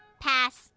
pass!